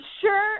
sure